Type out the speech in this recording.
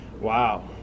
wow